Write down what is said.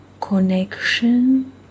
connection